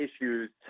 issues